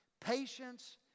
patience